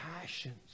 passions